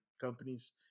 companies